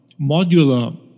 modular